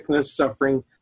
suffering